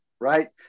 right